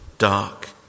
dark